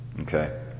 Okay